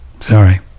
Sorry